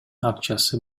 акчасы